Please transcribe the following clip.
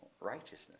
Righteousness